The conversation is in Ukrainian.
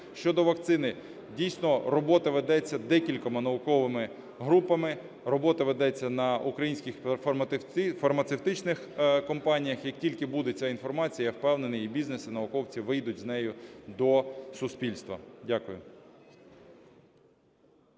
Щодо вакцини. Дійсно, робота ведеться декількома науковими групами, робота ведеться на українських фармацевтичних компаніях. Як тільки буде ця інформація, я впевнений, і бізнес, і науковці вийдуть з нею до суспільства. Дякую.